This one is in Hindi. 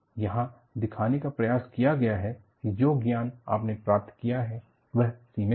यहां दिखाने का प्रयास किया गया है कि जो ज्ञान आपने प्राप्त किया है वह सीमित है